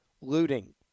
looting